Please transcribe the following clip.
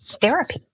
therapy